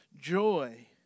joy